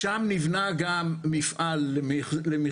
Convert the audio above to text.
יש כאן מכלול של דברים שהושם בתוך תא שטח אחד כך